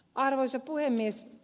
arvoisa puhemies